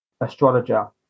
astrologer